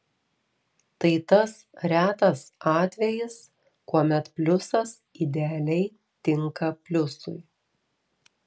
tai tas retas atvejis kuomet pliusas idealiai tinka pliusui